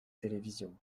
télévision